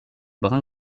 brun